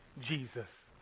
Jesus